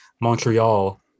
Montreal